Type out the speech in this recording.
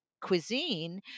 cuisine